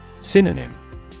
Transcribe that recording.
Synonym